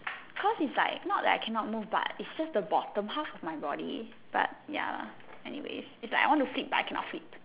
cause it's like not like I cannot move it's just the bottom half of my body but ya lah anyways it's like I want to flip but I cannot flip